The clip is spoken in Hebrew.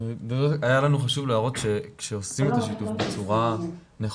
היה לנו חשוב להראות שכשעושים את השיתוף בצורה נכונה,